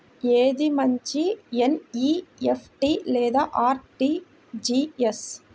ఏది మంచి ఎన్.ఈ.ఎఫ్.టీ లేదా అర్.టీ.జీ.ఎస్?